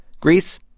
Greece